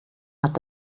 hat